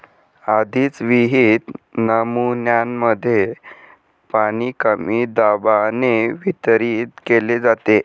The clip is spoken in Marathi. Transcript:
आधीच विहित नमुन्यांमध्ये पाणी कमी दाबाने वितरित केले जाते